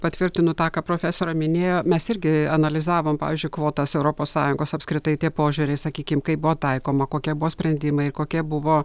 patvirtinu tą ką profesorė minėjo mes irgi analizavom pavyzdžiui kvotas europos sąjungos apskritai tie požiūriai sakykim kaip buvo taikoma kokie buvo sprendimai kokie buvo